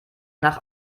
nach